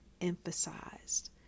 emphasized